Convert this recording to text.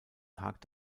tag